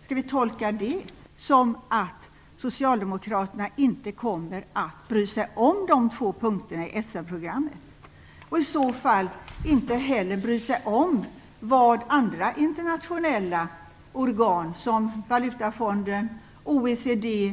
Skall vi tolka det som att socialdemokraterna inte kommer att bry sig om de två punkterna i Essenprogrammet? Skall man i så fall inte heller bry sig om vad andra internationella organ såsom valutafonden och OECD